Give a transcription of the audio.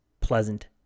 Pleasant